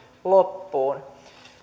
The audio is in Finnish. loppuun